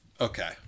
Okay